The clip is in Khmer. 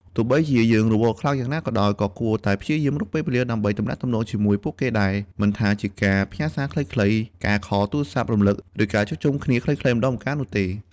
ទោះបីជាយើងរវល់ខ្លាំងយ៉ាងណាក៏ដោយ ក៏គួរតែព្យាយាមរកពេលវេលាដើម្បីទំនាក់ទំនងជាមួយពួកគេដែរ មិនថាជាការផ្ញើសារខ្លីៗ ការខលទូរស័ព្ទរំលឹក ឬការជួបជុំគ្នាខ្លីៗម្តងម្កាលនោះទេ។